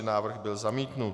Návrh byl zamítnut.